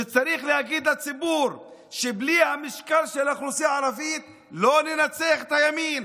צריך להגיד לציבור שבלי המשקל של האוכלוסייה הערבית לא ננצח את הימין.